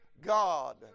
God